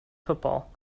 football